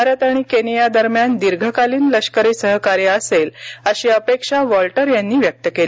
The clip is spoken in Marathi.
भारत आणि केनिया दरम्यान दीर्घकालीन लष्करी सहकार्य असेल अशी अपेक्षा वॉल्टर यांनी व्यक्त केली